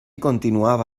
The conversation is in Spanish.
continuaba